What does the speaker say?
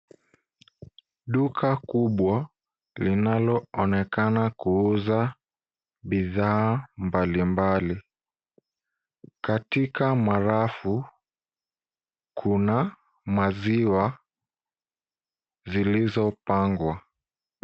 Duka kubwa linaloonekana kuuza bidhaa mbalimbali. Katika marafu, kuna maziwa zilizopangwa.